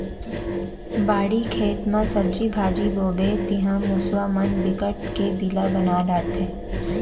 बाड़ी, खेत म सब्जी भाजी बोबे तिंहा मूसवा मन बिकट के बिला बना डारथे